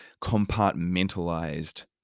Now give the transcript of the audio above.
compartmentalized